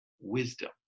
wisdom